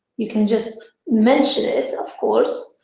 you can just mention it, of course,